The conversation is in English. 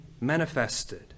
manifested